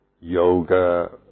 yoga